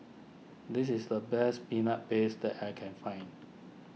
this is the best Peanut Paste that I can find